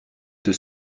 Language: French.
deux